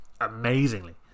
amazingly